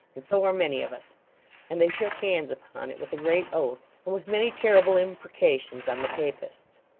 and so are many of us and they shook hands upon it with a great oath, and with many terrible imprecations on the papists.